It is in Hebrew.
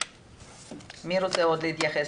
מי רוצה עוד להתייחס,